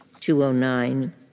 209